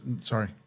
sorry